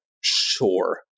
sure